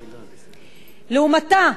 לעומתה,